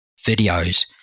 videos